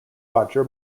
roger